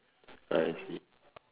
I see